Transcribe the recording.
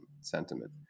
sentiment